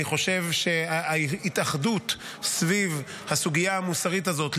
אני חושב שההתאחדות סביב הסוגיה המוסרית הזאת,